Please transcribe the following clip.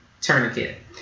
tourniquet